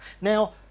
Now